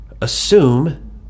assume